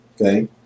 Okay